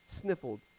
sniffled